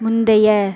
முந்தைய